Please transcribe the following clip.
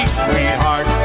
sweetheart